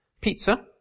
pizza